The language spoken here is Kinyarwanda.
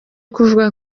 kuvuga